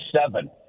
seven